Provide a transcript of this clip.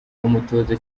umutoza